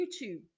youtube